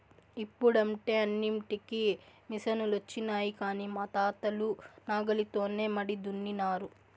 ఇప్పుడంటే అన్నింటికీ మిసనులొచ్చినాయి కానీ మా తాతలు నాగలితోనే మడి దున్నినారు